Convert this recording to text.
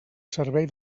servei